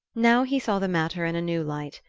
now he saw the matter in a new light,